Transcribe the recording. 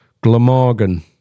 Glamorgan